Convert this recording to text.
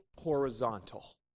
horizontal